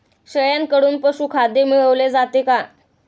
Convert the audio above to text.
शेळ्यांकडून पशुखाद्य मिळवले जाते का?